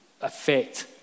affect